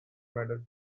medal